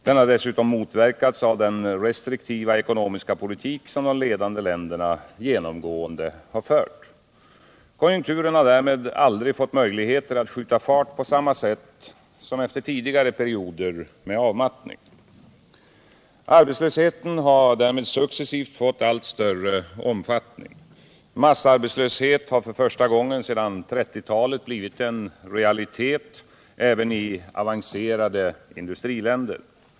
Den har dessutom motverkats av den restriktiva ekonomiska politik som de ledande länderna genomgående fört. Konjunkturen har därmed aldrig fått möjligheter att skjuta fart på samma sätt som efter tidigare perioder med avmattning. Arbetslösheten har därmed successivt fått allt större omfattning. Massarbetslöshet har för första gången sedan 1930-talet blivit en realitet även i avancerade industriländer.